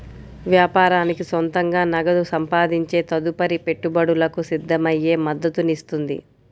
వ్యాపారానికి సొంతంగా నగదు సంపాదించే తదుపరి పెట్టుబడులకు సిద్ధమయ్యే మద్దతునిస్తుంది